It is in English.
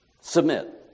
submit